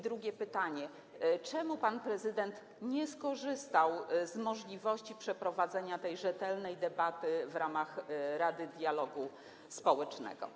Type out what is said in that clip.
Drugie pytanie: Czemu pan prezydent nie skorzystał z możliwości przeprowadzenia rzetelnej debaty w ramach Rady Dialogu Społecznego?